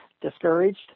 discouraged